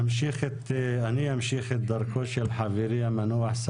אני אמשיך את דרכו של חברי המנוח,